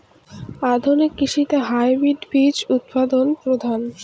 আধুনিক কৃষিতে হাইব্রিড বীজ উৎপাদন প্রধান